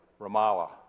Ramallah